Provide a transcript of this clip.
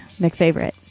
mcfavorite